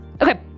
Okay